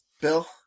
Bill